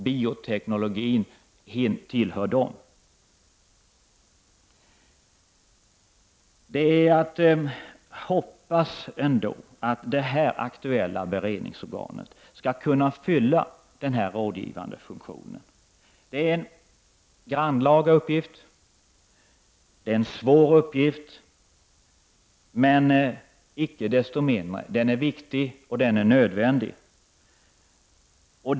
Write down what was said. Bioteknologin tillhör dessa frågor. Det är att hoppas ändå att det här aktuella beredningsorganet skall kunna fylla den här rådgivande funktionen. Det är en grannlaga uppgift, det är en svår uppgift, men icke desto mindre är den viktig och nödvändig.